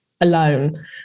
alone